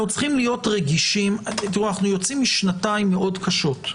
אנו יוצאים משנתיים מאוד קשות.